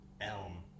Elm